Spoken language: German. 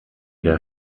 der